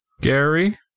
Gary